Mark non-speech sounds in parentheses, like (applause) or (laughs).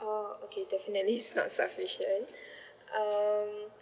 oh okay definitely (laughs) it's not sufficient um